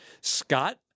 Scott